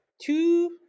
two